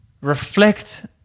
reflect